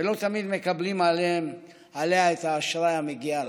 ולא תמיד אתם מקבלים עליה את האשראי המגיע לכם.